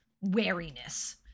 wariness